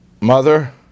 Mother